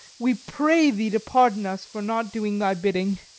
we pray thee to pardon us for not doing thy bidding.